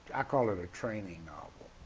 i call it a training novel.